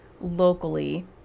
locally